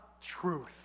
truth